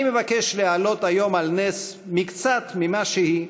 אני מבקש להעלות היום על נס מקצת ממה שהיא,